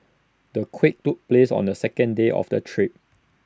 the quake took place on the second day of the trip